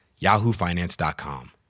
yahoofinance.com